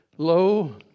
Lo